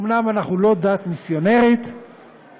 אומנם אנחנו לא דת מיסיונרית היהדות,